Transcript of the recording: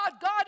God